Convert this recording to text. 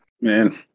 Man